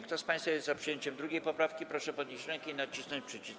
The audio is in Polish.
Kto z państwa jest za przyjęciem 2. poprawki, proszę podnieść rękę i nacisnąć przycisk.